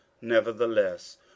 nevertheless